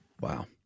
Wow